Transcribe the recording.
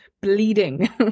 bleeding